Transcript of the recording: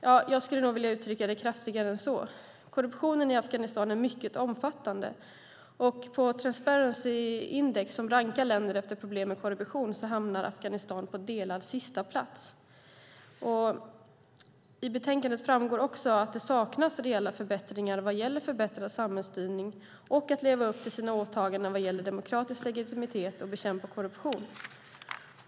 Ja, jag skulle nog vilja uttrycka det kraftigare än så. Korruptionen i Afghanistan är mycket omfattande. I Transparency Index, som rankar länder efter problem med korruption, hamnar Afghanistan på delad sista plats. I betänkandet framgår också att det saknas reella förbättringar vad gäller samhällsstyrning och att leva upp till sina åtaganden vad gäller demokratisk legitimitet och att bekämpa korruption.